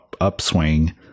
upswing